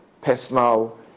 personal